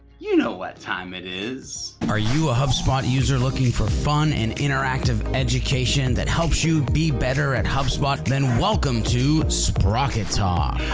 you know what time it is are you a hubspot user looking for fun and interactive? education that helps you be better at hubspot then welcome to sprocket. ah,